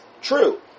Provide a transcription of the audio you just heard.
True